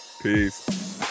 peace